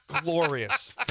glorious